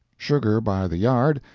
sugar by the yard,